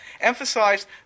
emphasized